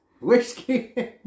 Whiskey